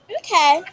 okay